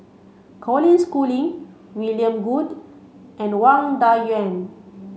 Colin Schooling William Goode and Wang Dayuan